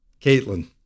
Caitlin